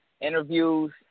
interviews